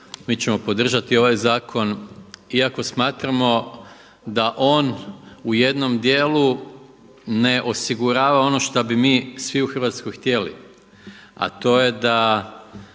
mi ćemo podržati ovaj zakon, iako smatramo da on u jednom dijelu ne osigurava ono šta bi mi svi u Hrvatskoj htjeli, a to je da